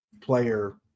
player